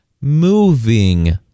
moving